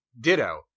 ditto